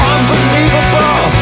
Unbelievable